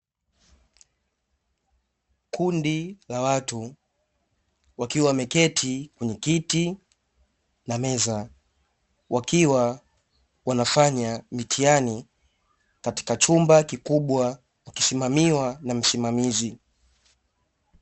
Kundi la watu wakiwa wameketi kwenye kiti na meza wakiwa wanafanya mitihani katika chumba kikubwa wakisimamiwa na msimamizi.